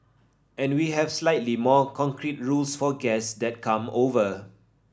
and we have slightly more concrete rules for guests that come over